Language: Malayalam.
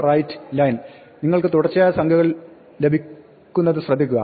write നിങ്ങൾക്ക് തുടർച്ചയായ സംഖ്യകൾ ലഭിക്കുന്നത് ശ്രദ്ധിക്കുക